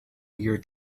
your